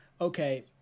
okay